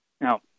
Now